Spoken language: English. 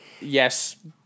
yes